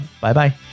Bye-bye